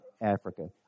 Africa